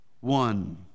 one